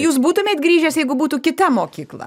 jūs būtumėt grįžęs jeigu būtų kita mokykla